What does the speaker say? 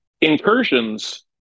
Incursions